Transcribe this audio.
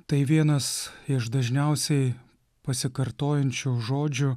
tai vienas iš dažniausiai pasikartojančių žodžių